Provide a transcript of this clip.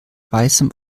weißem